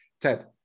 Ted